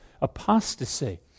apostasy